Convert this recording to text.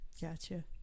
Gotcha